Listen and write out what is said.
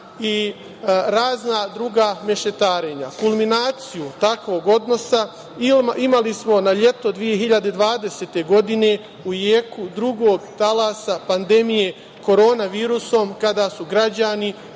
i razna druga mešetarenja. Kulminaciju takvog odnosa imali smo na leto 2020. godine, u jeku drugog talasa pandemije korona virusom, kada su građani